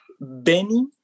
Benny